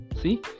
See